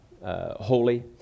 holy